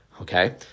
Okay